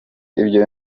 iyo